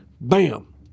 Bam